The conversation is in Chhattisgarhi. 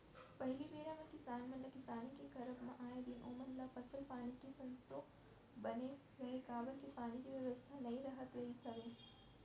पहिली बेरा म किसान मन ल किसानी के करब म आए दिन ओमन ल फसल पानी के संसो बने रहय काबर के पानी के बेवस्था नइ राहत रिहिस हवय